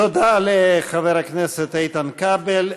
תודה לחבר הכנסת איתן כבל.